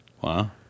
Wow